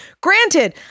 Granted